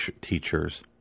teachers